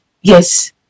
yes